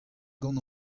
gant